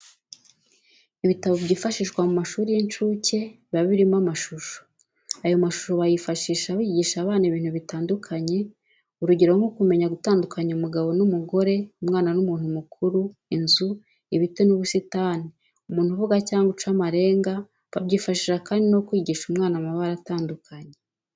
Ibitabo byifashishwa mu mashuli y'incucye biba birimo amashusho , ayo mashusho bayifashisha bigisha abana ibintu bitandukanye. Urugero nko kumenya gutandukanya umugabo n'umugore, umwana n'umuntu mukuru, inzu, ibiti n'ubusitani ,umuntu uvuga cyangwa uca amarenga , babyifashisha kandi no kwigisha umwana amabara atandukanye.